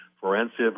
forensic